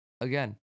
again